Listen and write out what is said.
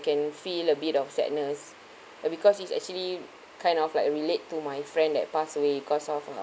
can feel a bit of sadness and because it's actually kind of like relate to my friend that passed away cause of uh